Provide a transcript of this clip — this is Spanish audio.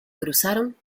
cruzaron